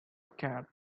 scared